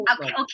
okay